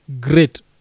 great